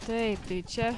taip tai čia